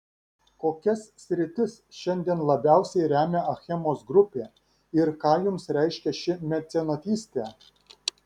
kokias sritis šiandien labiausiai remia achemos grupė ir ką jums reiškia ši mecenatystė